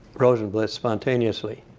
rosenblith spontaneously,